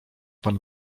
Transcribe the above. pan